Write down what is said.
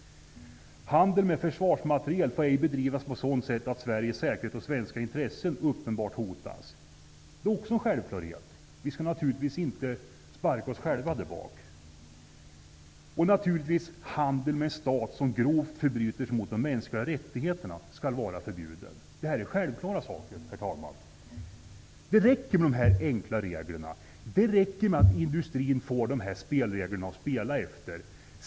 Handel med fösvarsmateriel får ej bedrivas på sådant sätt att Sveriges säkerhet och svenska intressen uppenbart hotas. Det är också en självklarhet. Vi skall naturligtvis inte sparka oss själva där bak. 3. Handel med en stat som grovt förbryter sig mot de mänskliga rättigheterna skall vara förbjuden. Det här är självklara saker, herr talman. De här enkla reglerna räcker. Det räcker med att industrin får de här spelreglerna.